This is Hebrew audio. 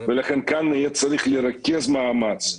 ולכן כאן יהיה צריך לרכז מאמץ.